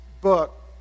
book